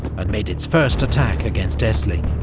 and made its first attack against essling,